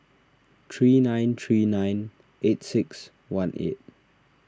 three nine three nine eight six one eight